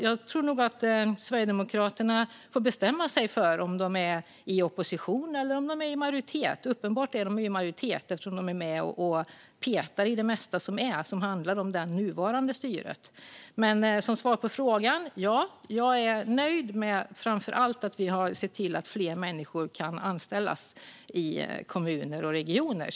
Jag tror nog att Sverigedemokraterna får bestämma sig för om de ska vara i opposition eller en del av majoriteten. De är uppenbarligen en del av majoriteten, eftersom de är med och petar i det mesta som handlar om det nuvarande styret. Som svar på frågan: Ja, jag är nöjd, framför allt med att vi har sett till att fler människor kan anställas i kommuner och regioner.